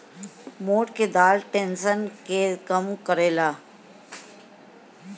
मोठ के दाल टेंशन के कम करेला